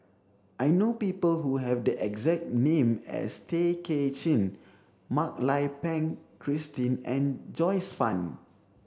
I know people who have the exact name as Tay Kay Chin Mak Lai Peng Christine and Joyce Fan